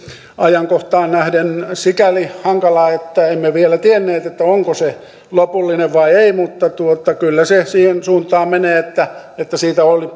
ajankohtaan nähden sikäli hankala että emme vielä tienneet onko se lopullinen vai ei mutta kyllä se siihen suuntaan menee että että siitä oli